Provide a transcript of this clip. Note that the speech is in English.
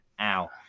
Ow